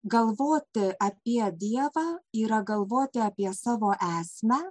galvoti apie dievą yra galvoti apie savo esmę